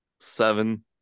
Seven